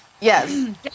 Yes